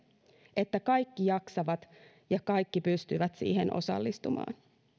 että kaikki jaksavat ja kaikki pystyvät siihen osallistumaan